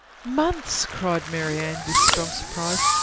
months! cried marianne, with strong surprise.